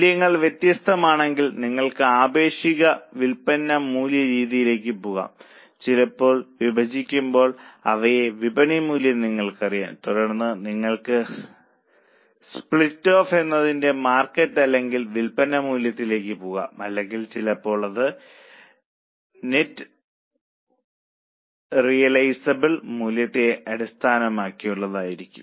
മൂല്യങ്ങൾ വ്യത്യസ്തമാണെങ്കിൽ നിങ്ങൾക്ക് ആപേക്ഷിക വിൽപ്പന മൂല്യ രീതിയിലേക്ക് പോകാം ചിലപ്പോൾ വിഭജിക്കുമ്പോൾ അവയുടെ വിപണി മൂല്യം നിങ്ങൾക്കറിയാം തുടർന്ന് നിങ്ങൾക്ക് സ്പ്ലിറ്റ് ഓഫ് എന്നതിന്റെ മാർക്കറ്റ് അല്ലെങ്കിൽ വിൽപ്പന മൂല്യത്തിലേക്ക് പോകാം അല്ലെങ്കിൽ ചിലപ്പോൾ അത് നെറ്റ് റിയലൈസബിൾ മൂല്യത്തെ അടിസ്ഥാനമാക്കിയുള്ളതായിരിക്കും